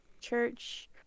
church